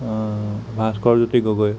Bhaskar Jyoti Gogoi